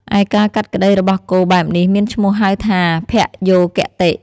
ឯការកាត់ក្តីរបស់គោបែបនេះមានឈ្មោះហៅថា ភយោគតិ។